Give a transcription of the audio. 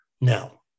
now